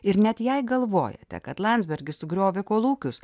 ir net jei galvojate kad landsbergis sugriovė kolūkius